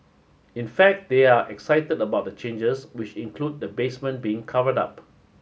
in fact they are excited about the changes which include the basement being covered up